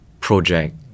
project